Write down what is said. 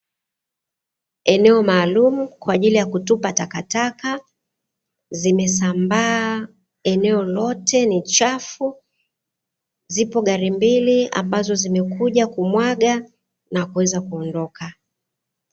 Eneo maalumu kwaajili ya kutupa takataka zimesambaa eneo lote ni chafu, zipo gari mbili ambazo zimekuja kumwaga na kuweza kuondoka.